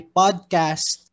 podcast